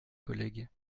collègues